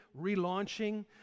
relaunching